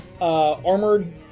armored